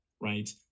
right